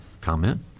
comment